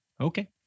Okay